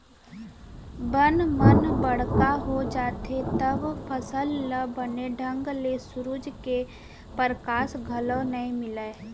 बन मन बड़का हो जाथें तव फसल ल बने ढंग ले सुरूज के परकास घलौ नइ मिलय